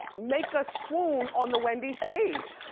make us swoon on the wendy stage.